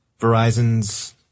Verizon's